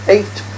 Eight